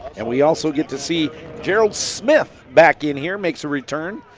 and we also get to see gerald smith back in here, makes a return,